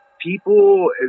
People